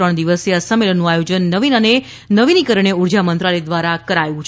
ત્રણ દિવસીય આ સંમેલનનું આયોજન નવીન અને નવીનીકરણીય ઉર્જા મંત્રાલય ધ્વારા કરાયું છે